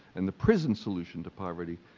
and the prison solution to poverty